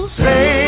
say